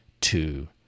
Two